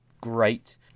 great